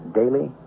daily